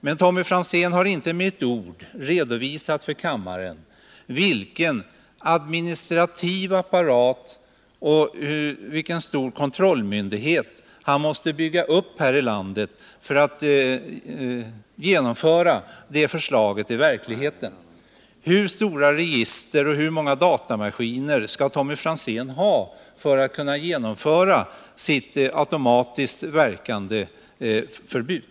Men Tommy Franzén har inte med ett ord redovisat för kammaren vilken administrativ apparat och vilken kontrollmyndighet han måste bygga upp här i landet för att genomföra sitt förslag i verkligheten. Hur stora register och hur många datamaskiner behövs för att kunna genomföra Tommy Franzéns automatiskt verkande näringsförbud?